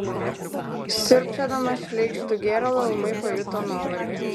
siurbčiodamas šleikštų gėralą ūmai pajuto nuovargį